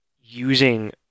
using